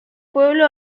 pueblo